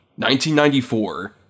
1994